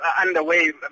underway